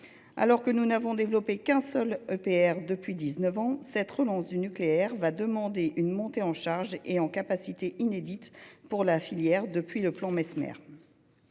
Alors que nous n’avons développé qu’un seul EPR depuis dix neuf ans, cette relance du nucléaire demandera une montée en charge et en capacité inédite pour la filière depuis le plan Messmer.